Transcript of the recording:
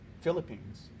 Philippines